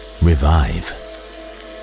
revive